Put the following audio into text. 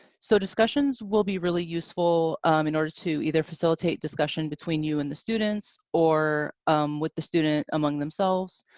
so, discussions will be really useful in order to either facilitate discussion between you and the students, or with the students among themselves,